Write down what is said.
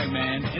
man